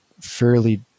fairly